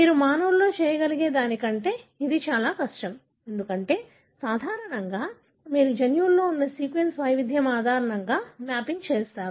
మీరు మానవులతో చేయగలిగే దానికంటే ఇది చాలా కష్టం ఎందుకంటే సాధారణంగా మీరు జన్యువులో ఉన్న సీక్వెన్స్ వైవిధ్యం ఆధారంగా మ్యాపింగ్ చేస్తారు